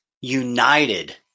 united